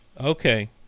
Okay